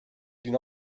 d’une